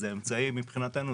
זה אמצעי מבחינתנו,